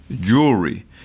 jewelry